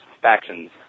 factions